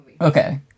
Okay